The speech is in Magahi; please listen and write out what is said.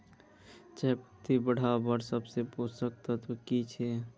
चयपत्ति बढ़वार सबसे पोषक तत्व की छे?